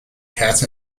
cats